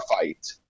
fight